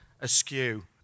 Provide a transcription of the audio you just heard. askew